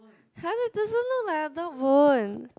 how does this one look like a dog bone